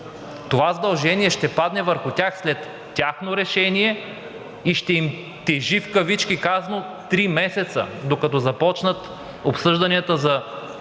Това задължение ще падне върху тях след тяхно решение и ще им тежи три месеца, докато започнат обсъжданията за